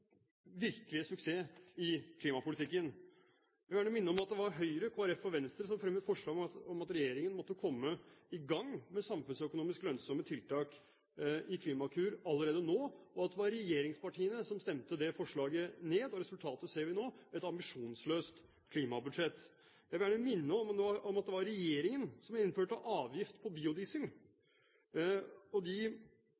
virkelige suksess i klimapolitikken. Jeg vil gjerne minne om at det var Høyre, Kristelig Folkeparti og Venstre som fremmet forslag om at regjeringen måtte komme i gang med samfunnsøkonomisk lønnsomme tiltak i Klimakur allerede nå, og at det var regjeringspartiene som stemte det forslaget ned. Og resultatet ser vi nå: et ambisjonsløst klimabudsjett. Jeg vil også gjerne minne om at det var regjeringen som innførte avgift på biodiesel,